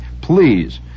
please